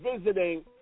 visiting